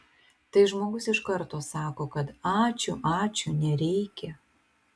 tai žmogus iš karto sako kad ačiū ačiū nereikia